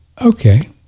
Okay